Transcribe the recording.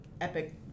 Epic